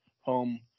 home